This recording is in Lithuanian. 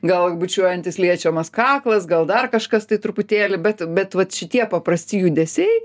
gal bučiuojantis liečiamas kaklas gal dar kažkas tai truputėlį bet bet vat šitie paprasti judesiai